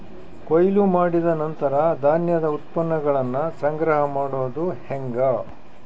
ಕೊಯ್ಲು ಮಾಡಿದ ನಂತರ ಧಾನ್ಯದ ಉತ್ಪನ್ನಗಳನ್ನ ಸಂಗ್ರಹ ಮಾಡೋದು ಹೆಂಗ?